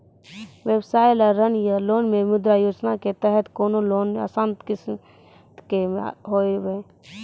व्यवसाय ला ऋण या लोन मे मुद्रा योजना के तहत कोनो लोन आसान किस्त मे हाव हाय?